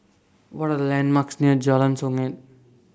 What Are The landmarks near Jalan Songket